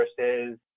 versus